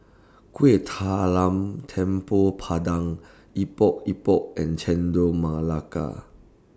Kuih Talam Tepong Pandan Epok Epok and Chendol Melaka